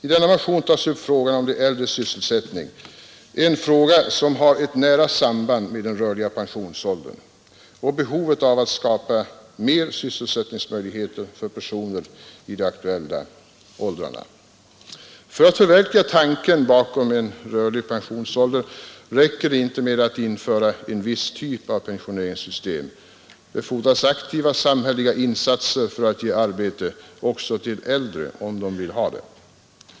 I denna motion tas frågan upp om de äldres sysselsättning — en fråga som har ett nära samband med den rörliga pensionsåldern och behovet av att skapa fler sysselsättningsmöjligheter för personer i de aktuella åldrarna. För att förverkliga tanken bakom en rörlig pensionsålder räcker det inte med att införa en viss typ av pensioneringssystem. Det fordras aktiva samhälleliga insatser för att ge arbete också till äldre, om de vill ha det.